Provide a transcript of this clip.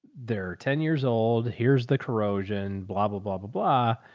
they're ten years old. here's the corrosion, blah, blah, blah, blah, blah.